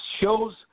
shows